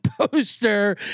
poster